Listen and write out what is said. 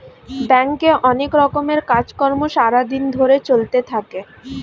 ব্যাংকে অনেক রকমের কাজ কর্ম সারা দিন ধরে চলতে থাকে